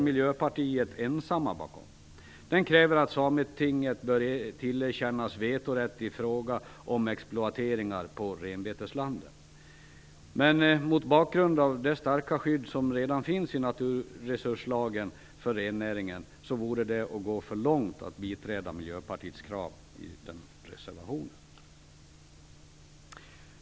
Man kräver att Sametinget bör tillerkännas vetorätt i fråga om exploateringar på renbeteslanden. Mot bakgrund av det starka skydd som redan finns i naturresurslagen för rennäringen vore det att gå för långt att biträda Miljöpartiets krav i reservationen.